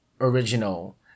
original